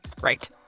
Right